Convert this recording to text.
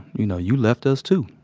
you know, you left us too.